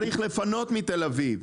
צריך לפנות מתל אביב.